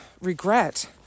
regret